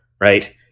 right